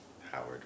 Howard